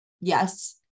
Yes